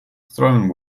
throne